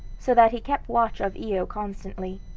so that he kept watch of io constantly.